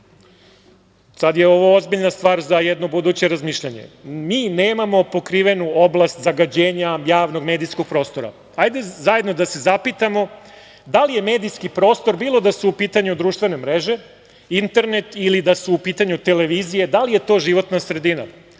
sada je ovo ozbiljna stvar za jedno buduće razmišljanje, mi nemamo pokrivenu oblast zagađenja javnog medijskog prostora. Hajde zajedno da se zapitamo da li je medijski prostor, bilo da su u pitanju društvene mreže, internet ili da su u pitanju televizije, da li je to životna sredina?